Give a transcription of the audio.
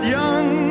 young